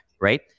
right